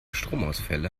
stromausfälle